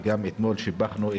וגם אתמול שיבחנו את